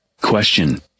Question